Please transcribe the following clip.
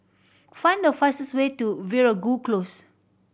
find the fastest way to Veeragoo Close